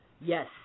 Yes